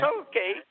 Okay